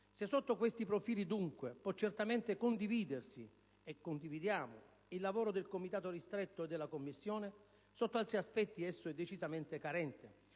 Se sotto questi profili dunque può certamente condividersi - e lo condividiamo - il lavoro del Comitato ristretto e della Commissione, sotto altri aspetti esso è decisamente carente